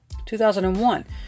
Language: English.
2001